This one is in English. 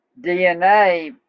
DNA